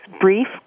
brief